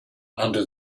under